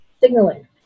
signaling